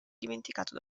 dimenticato